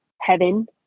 heaven